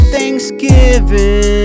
Thanksgiving